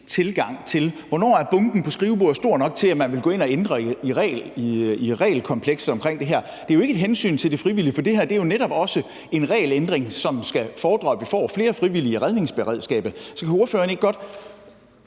tilgang til, hvornår bunken på skrivebordet er stor nok til, at man vil gå ind og ændre i regelkomplekset omkring det her. Det er jo ikke et hensyn til de frivillige, for det her er jo netop også en regelændring, som kan fordre, at vi får flere frivillige i redningsberedskabet. Så kan ordføreren ikke godt,